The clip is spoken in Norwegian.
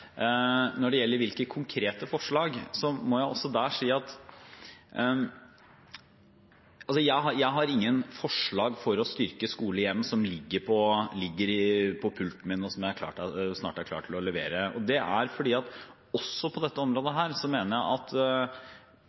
si at jeg har ingen forslag for å styrke skole–hjem som ligger på pulten min, og som jeg snart er klar til å levere. Det er fordi jeg også på dette området mener at noe av vår jobb er å si klart og tydelig fra om at